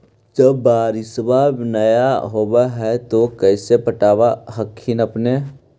जब बारिसबा नय होब है तो कैसे पटब हखिन अपने?